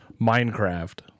Minecraft